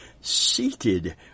seated